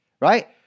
right